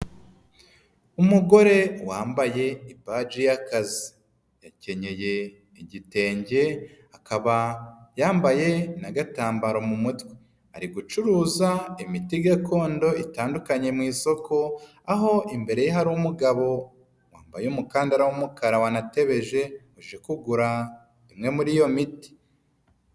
Umugore wambaye ibaji y'akazi yakenyeye igitenge akaba yambaye n'a agatambaro mu mutwe, ari gucuruza imiti gakondo itandukanye mu isoko, aho imbere ye hari umugabo wambaye umukandara w'umukara wanatebeje uje kugura imwe muri iyo miti.